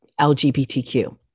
LGBTQ